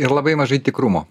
ir labai mažai tikrumo